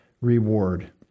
reward